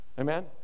Amen